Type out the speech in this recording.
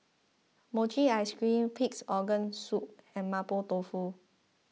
Mochi Ice Cream Pig's Organ Soup and Mapo Tofu